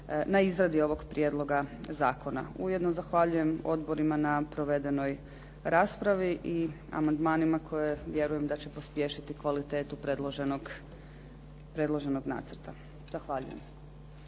na izradi ovog prijedloga zakona. Ujedno zahvaljujem odborima na provedenoj raspravi i amandmanima koje vjerujem da će pospješiti kvalitetu predloženog nacrta. Zahvaljujem.